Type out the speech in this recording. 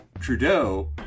Trudeau